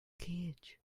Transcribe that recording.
cage